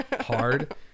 hard